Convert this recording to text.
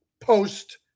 post